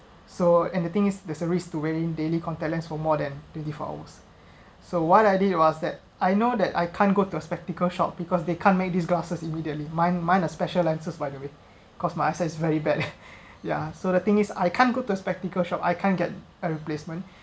so and the thing is there's a risk to wear daily contact lens for more than twenty four hours so what I did was that I know that I can't go to a spectacle shop because they can’t make these glasses immediately mine mine a special lenses by the way because eyes is very bad ya so the thing is I can't go to the spectacle shop I can't get a replacement